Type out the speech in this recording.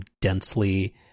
densely